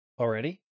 Already